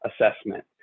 assessment